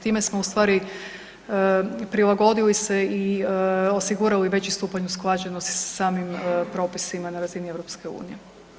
Time smo u stvari prilagodili se i osigurali veći stupanj usklađenosti sa samim propisima na razini EU.